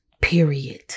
Period